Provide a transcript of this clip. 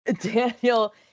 Daniel